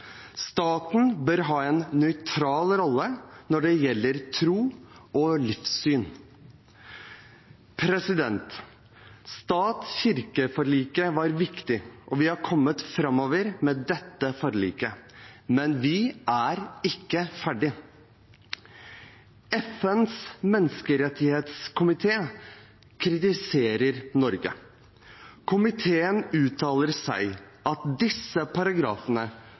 Staten bør ha en nøytral rolle når det gjelder tro og livssyn. Stat–kirke-forliket var viktig, og vi har kommet framover med dette forliket, men vi er ikke ferdig. FNs menneskerettighetskomité kritiserer Norge. Komiteen uttaler at